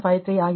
6153 V3 ಆಗಿದೆ